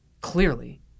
clearly